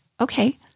okay